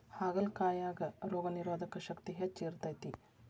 ಹಾಗಲಕಾಯಾಗ ರೋಗನಿರೋಧಕ ಶಕ್ತಿ ಹೆಚ್ಚ ಇರ್ತೈತಿ